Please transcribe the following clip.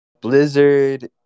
Blizzard